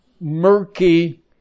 murky